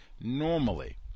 normally